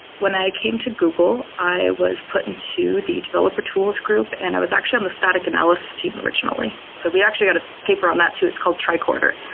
when i came to google, i was put into the developer tools group and i was actually on the static analysis team originally. so we actually had a paper on that too. it's called triquarter,